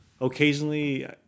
occasionally